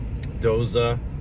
Doza